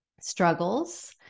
struggles